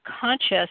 conscious